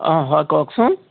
অ হয় কওকচোন